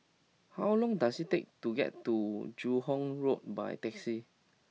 how long does it take to get to Joo Hong Road by taxi